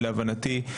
להבנתי,